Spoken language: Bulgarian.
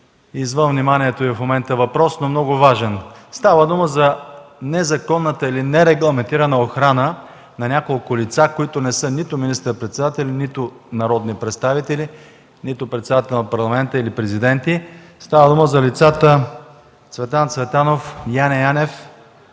извън вниманието Ви в момента. Става въпрос за незаконната или нерегламентирана охрана на няколко лица, които не са нито министър-председатели, нито народни представители, нито председател на Парламента или президенти. Става дума за лицата Цветан Цветанов, Яне Янев,